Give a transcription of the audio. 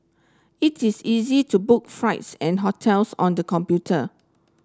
it is easy to book flights and hotels on the computer